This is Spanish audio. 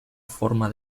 forma